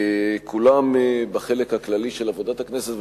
כולם בחלק הכללי של עבודת הכנסת,